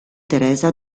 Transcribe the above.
teresa